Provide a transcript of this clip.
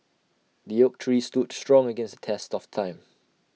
the oak tree stood strong against the test of time